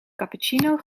cappuccino